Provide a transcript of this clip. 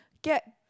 get